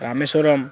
Rameswaram